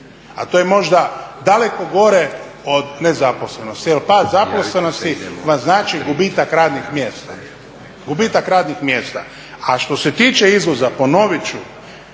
a to je možda daleko gore od nezaposlenosti jer pad zaposlenosti vam znači gubitak radnih mjesta. A što se tiče izvoza ponovit ću,